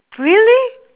really